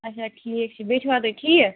آچھا ٹھیٖک چھُ بیٚیہِ چھُوا تُہۍ ٹھیٖک